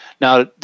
Now